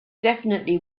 definitely